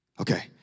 Okay